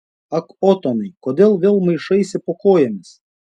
ak otonai kodėl vėl maišaisi po kojomis